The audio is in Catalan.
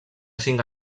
cinc